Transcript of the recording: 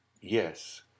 yes